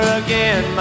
again